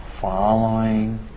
following